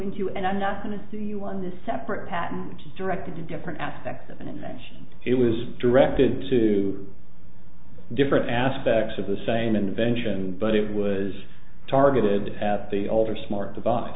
into and i'm not going to sue you on this separate patent which is directed to different aspects of an invention it was directed to different aspects of the same invention but it was targeted at the older smart device